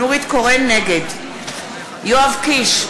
נגד יואב קיש,